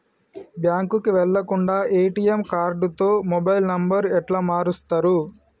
బ్యాంకుకి వెళ్లకుండా ఎ.టి.ఎమ్ కార్డుతో మొబైల్ నంబర్ ఎట్ల మారుస్తరు?